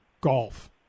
golf